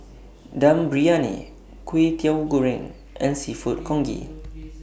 Dum Briyani Kwetiau Goreng and Seafood Congee